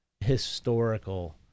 historical